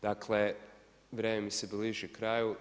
Dakle, vrijeme mi se bliži kraju.